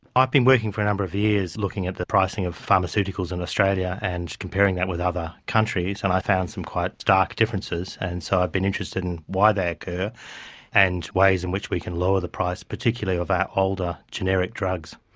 i've been working for a number of years looking at the pricing of pharmaceuticals in australia and comparing that with other countries, and i found some quite stark differences, and so i've been interested in why they occur and ways in which we can lower the price, particularly of our older generic drugs.